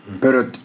Pero